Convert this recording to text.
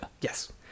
Yes